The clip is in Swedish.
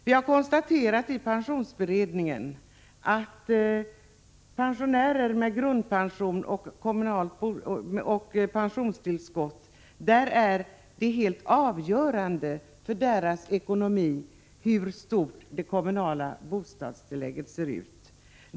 Vi har konstaterat i pensionsberedningen att för pensionärer med grundpension och pensionstillskott är storleken av det kommunala bostadstillägget helt avgörande för hur deras ekonomi ser ut.